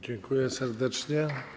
Dziękuję serdecznie.